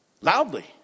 loudly